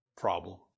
problem